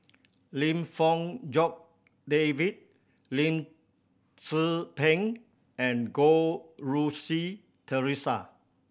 Lim Fong Jock David Lim Tze Peng and Goh Rui Si Theresa